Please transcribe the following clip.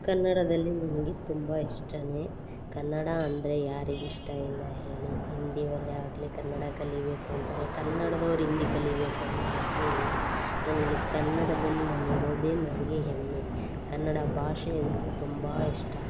ಕನ್ನಡದಲ್ಲಿ ನಮಗೆ ತುಂಬ ಇಷ್ಟನೇ ಕನ್ನಡ ಅಂದರೆ ಯಾರಿಗೆ ಇಷ್ಟ ಇಲ್ಲ ಹೇಳಿ ಹಿಂದಿ ಅವರೇ ಆಗಲಿ ಕನ್ನಡ ಕಲಿಬೇಕು ಅಂದರೆ ಕನ್ನಡದವ್ರ್ ಹಿಂದಿ ಕಲಿಬೇಕು ಅನ್ನೋ ಆಸೆ ಇಲ್ಲ ನಮಗೆ ಕನ್ನಡದಲ್ಲಿ ನಾನು ಇರೋದೆ ನನಗೆ ಹೆಮ್ಮೆ ಕನ್ನಡ ಭಾಷೆ ಅಂತೂ ತುಂಬ ಇಷ್ಟ